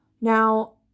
Now